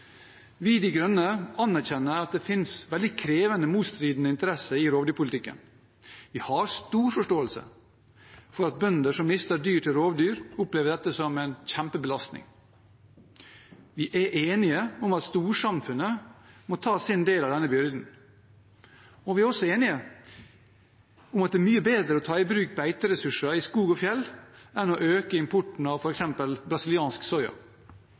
Vi, De Grønne, anerkjenner at det finnes veldig krevende, motstridende interesser i rovdyrpolitikken. Vi har stor forståelse for at bønder som mister dyr til rovdyr, opplever dette som en kjempebelastning. Vi er enige om at storsamfunnet må ta sin del av denne byrden, og vi er også enige om at det er mye bedre å ta i bruk beiteressurser i skog og fjell enn å øke importen av f.eks. brasiliansk soya.